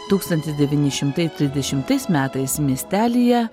tūkstantis devyni šimtai trisdešimais metais miestelyje